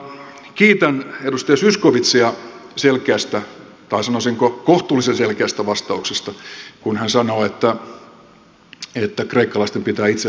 kiitän edustaja zyskowicziä selkeästä tai sanoisinko kohtuullisen selkeästä vastauksesta kun hän sanoi että kreikkalaisten pitää itse vastata veloistaan